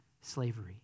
slavery